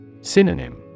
Synonym